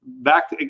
back